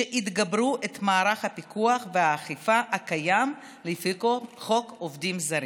שיתגברו את מערך הפיקוח והאכיפה הקיים לפי חוק עובדים זרים.